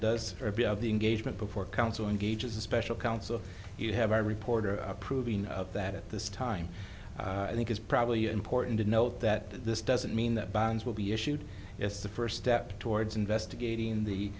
does or be of the engagement before counsel engages the special counsel you have our reporter approving of that at this time i think it's probably important to note that this doesn't mean that bonds will be issued it's the first step towards investigating the